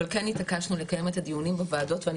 אבל כן התעקשנו לקיים את הדיונים בוועדות ואני